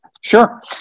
Sure